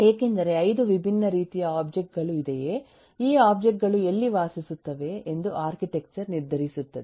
ಏಕೆಂದರೆ 5 ವಿಭಿನ್ನ ರೀತಿಯ ಒಬ್ಜೆಕ್ಟ್ ಗಳು ಇದೆಯೇ ಈ ಒಬ್ಜೆಕ್ಟ್ ಗಳು ಎಲ್ಲಿ ವಾಸಿಸುತ್ತವೆ ಎಂದು ಆರ್ಕಿಟೆಕ್ಚರ್ ನಿರ್ಧರಿಸುತ್ತದೆ